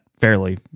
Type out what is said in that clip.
fairly